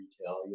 retail